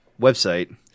website